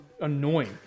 annoying